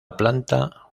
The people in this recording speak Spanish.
planta